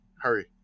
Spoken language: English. hurry